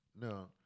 No